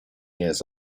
years